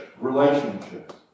relationships